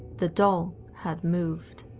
the doll had moved.